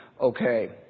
okay